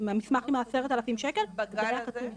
המסמך עם ה-10,000 שקלים --- בגל הזה?